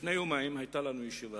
לפני יומיים היתה לנו ישיבה,